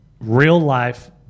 real-life